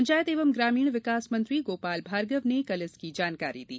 पंचायत एवं ग्रामीण विकास मंत्री गोपाल भार्गव ने कल इसकी जानकारी दी